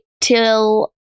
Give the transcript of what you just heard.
till